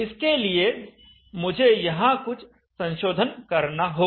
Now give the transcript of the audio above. इसके लिए मुझे यहां कुछ संशोधन करना होगा